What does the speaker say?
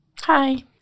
Hi